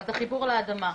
אז החיבור לאדמה.